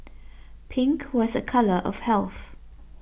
pink was a colour of health